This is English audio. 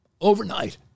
overnight